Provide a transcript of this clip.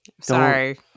Sorry